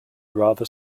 rather